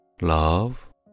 Love